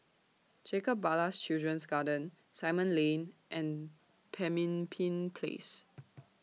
Jacob Ballas Children's Garden Simon Lane and Pemimpin Place